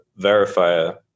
verifier